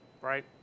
Right